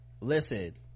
Listen